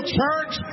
church